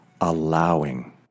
allowing